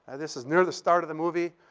and this is near the start of the movie.